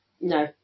No